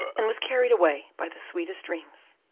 and was carried away by the sweetest dreams.